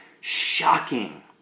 shocking